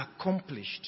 accomplished